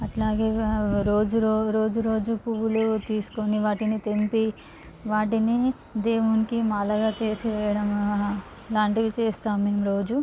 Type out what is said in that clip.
అట్లాగే రోజు రోజు రోజు పువ్వులు తీసుకొని వాటిని తెంపి వాటిని దేవునికి మాలగా చేసి వేయడం అలాంటివి చేస్తాము మేము రోజు